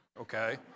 okay